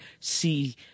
see